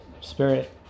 Spirit